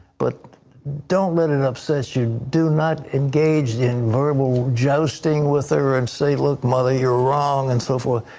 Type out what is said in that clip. but don't let it upset you. do not engage in verbal jousting with her and say, look, mother, you are wrong and so forth.